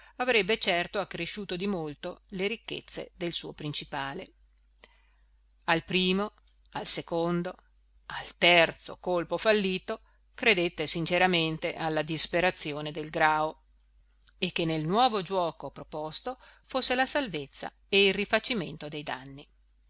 avrebbe certo accresciuto di molto le ricchezze del suo principale al primo al secondo al terzo colpo fallito credette sinceramente alla disperazione del grao e che nel nuovo giuoco proposto fosse la salvezza e il rifacimento dei danni